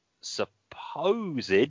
supposed